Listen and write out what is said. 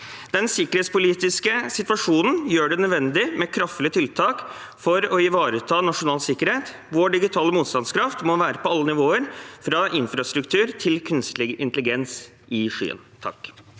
Den sikkerhetspolitiske situasjonen gjør det nødvendig med kraftfulle tiltak for å ivareta nasjonal sikkerhet. Vår digitale motstandskraft må være på alle nivåer, fra infrastruktur til kunstig intelligens i skyen. Ivar